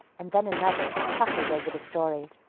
and then another, chuckled over the story,